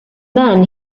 then